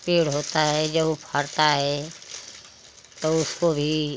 पेड़ होता है जब वो फलता है तो उसको भी